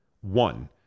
One